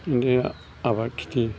दा आबाद खिथि